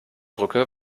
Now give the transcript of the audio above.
brücke